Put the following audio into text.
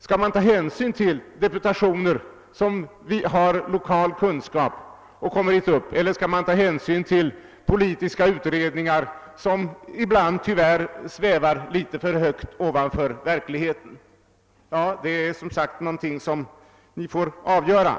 Skall man ta hänsyn till deputationer som har lokal kunskap eller till politiska utredningar, som ibland tyvärr svävar litet för högt ovanför verkligheten? Ja, det är som sagt någonting som ni får avgöra.